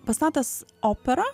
pastatęs operą